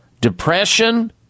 depression